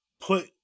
put